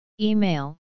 Email